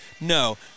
no